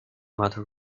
matter